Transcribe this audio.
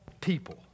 people